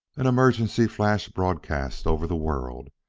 an emergency flash broadcast over the world!